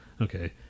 okay